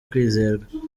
kwizerwa